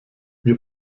wir